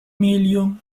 million